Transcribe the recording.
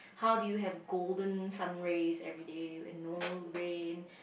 how do you have golden sun rays everyday and no rain